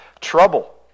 trouble